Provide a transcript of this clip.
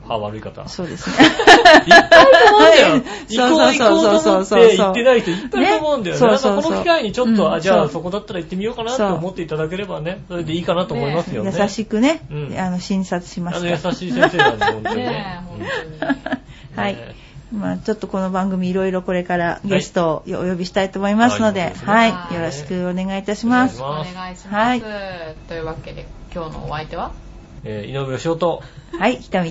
歯悪い方。そうですね。いっぱいと思うんだよ。はい。行こう行こうと思ってそうそうそうそう。行ってない人いっぱいいると思うんだよね。ね。そうそうそう。なんかこの機会にちょっと、あ、うん。じゃあ、そう。そこだったら行ってみようかなって思っていただければね、そう。それでいいかなと思いますよね。ね。優しくね、うん。あの、診察しますから。あの優しい先生なんで、本当にね。ねえ、本当に。うん。ねえ。はい。まあ、ちょっとこの番組、うん。いろいろこれからゲストをお呼びしたいと思いますので、はい。ああ、いいことですね。はい。よろしくお願いいたします。お願いします。お願いします。はい。というわけで、今日のお相手は？えー、井上義雄と。 はい。北村-